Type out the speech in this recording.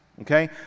Okay